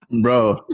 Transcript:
Bro